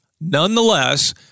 Nonetheless